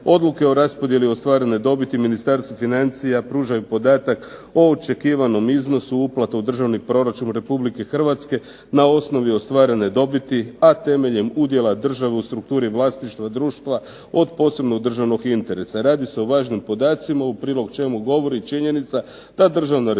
Odluke o raspodjeli o ostvarenoj dobiti Ministarstvu financija pružaju podatak o očekivanom iznosu uplata u Državni proračun RH na osnovi ostvarene dobiti, a temeljem udjela države u strukturi vlasništva društva od posebnog državnog interesa. Radi se o važnim podacima, u prilog čemu govori činjenica da Državna revizija